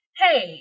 hey